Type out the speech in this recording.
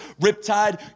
riptide